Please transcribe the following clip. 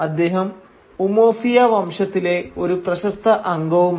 അദ്ദേഹം ഉമൊഫിയ വംശത്തിലെ ഒരു പ്രശസ്ത അംഗവുമാണ്